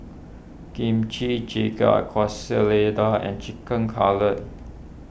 Kimchi Jjigae Quesadillas and Chicken Cutlet